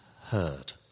heard